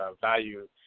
value